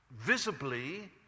visibly